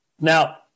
Now